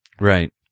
Right